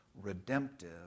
redemptive